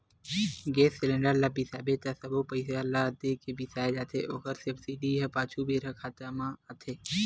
गेस cylinder ल बिसाबे त सबो पइसा ल दे के बिसाए जाथे ओखर सब्सिडी ह पाछू बेरा खाता म आथे